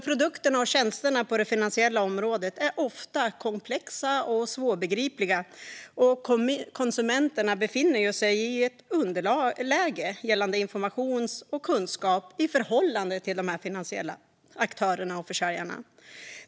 Produkterna och tjänsterna på det finansiella området är ofta komplexa och svårbegripliga, och konsumenterna befinner sig i ett underläge gällande information och kunskap i förhållande till de finansiella aktörerna och försäljarna.